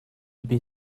bia